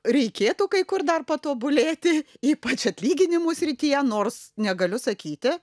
reikėtų kai kur dar patobulėti ypač atlyginimų srityje nors negaliu sakyti